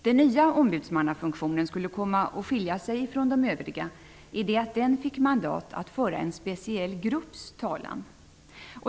Den nya ombudsmannafunktionen skulle komma att skilja sig från de övriga i det att den fick mandat att föra en speciell grupps talan.